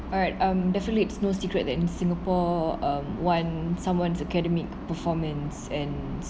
but I'm definitely it's no secret that in singapore um one someone's academic performance and